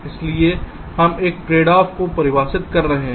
इसलिए हम एक ट्रेडऑफ़ को परिभाषित कर रहे हैं